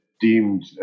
deemed